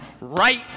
right